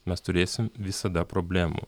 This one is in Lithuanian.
mes turėsim visada problemų